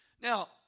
Now